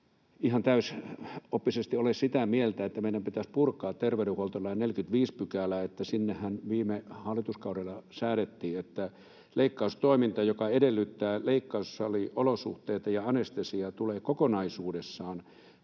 ihan täysoppisesti ole sitä mieltä, että meidän pitäisi purkaa terveydenhuoltolain 45 §:ää. Sinnehän viime hallituskaudella säädettiin, että leikkaustoiminta, joka edellyttää leikkaussaliolosuhteita ja anestesiaa, tulee kokonaisuudessaan